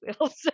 wheels